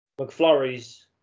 McFlurries